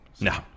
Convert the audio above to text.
No